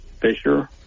Fisher